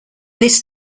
this